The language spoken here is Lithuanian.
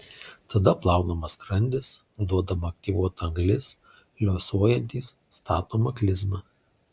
tada plaunamas skrandis duodama aktyvuota anglis liuosuojantys statoma klizma